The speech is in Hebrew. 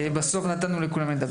בסוף נתנו לכולם לדבר.